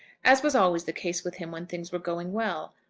as was always the case with him when things were going well.